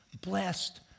blessed